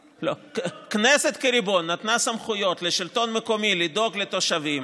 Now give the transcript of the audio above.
הכנסת כריבון נתנה סמכויות לשלטון המקומי לדאוג לתושבים,